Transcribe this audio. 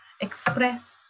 express